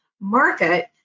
market